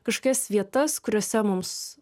kažkokias vietas kuriose mums